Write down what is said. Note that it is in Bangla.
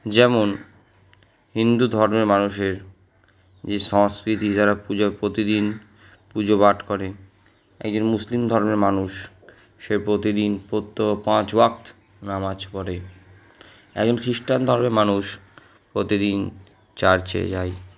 যেমন হিন্দুধর্মের মানুষের যে সংস্কৃতি দ্বারা পুজো প্রতিদিন পুজোপাঠ করে একজন মুসলিম ধর্মের মানুষ সে প্রতিদিন প্রত্যহ পাঁচ ওয়াক্ত নামাজ পড়ে একজন খ্রিস্টান ধর্মের মানুষ প্রতিদিন চার্চে যায়